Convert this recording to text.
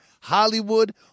Hollywood